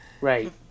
Right